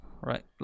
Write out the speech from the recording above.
right